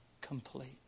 complete